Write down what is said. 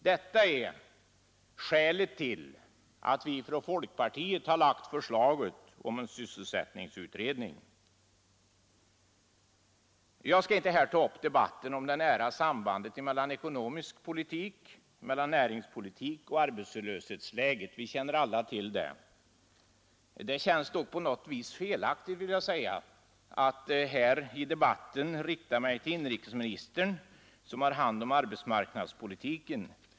Detta är skälet till att vi från folkpartiet har lagt förslaget om en sysselsättningsutredning. Jag skall inte här ta upp debatten om det nära sambandet mellan den ekonomiska politiken, näringspolitiken och arbetslöshetsläget. Vi känner alla till det. Det känns dock på något sätt felaktigt att här i debatten rikta sig till inrikesministern, som har hand om arbetsmarknadspolitiken.